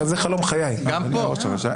גם כאן.